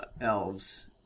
elves